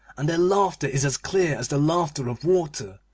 and their laughter is as clear as the laughter of water.